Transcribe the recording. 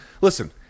listen